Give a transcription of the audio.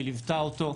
וליוותה אותו,